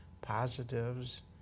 positives